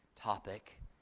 topic